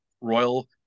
royal